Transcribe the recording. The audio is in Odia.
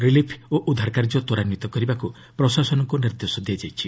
ରିଲିଫ୍ ଓ ଉଦ୍ଧାର କାର୍ଯ୍ୟ ତ୍ୱରାନ୍ୱିତ କରିବାକୁ ପ୍ରଶାସନକୁ ନିର୍ଦ୍ଦେଶ ଦିଆଯାଇଛି